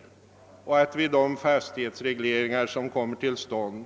Utskottet förutsätter att vid de fastighetsregleringar som kommer till stånd,